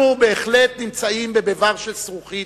אנחנו בהחלט נמצאים בביבר של זכוכית,